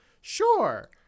Sure